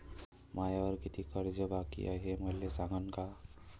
मायावर कितीक कर्ज बाकी हाय, हे मले सांगान का?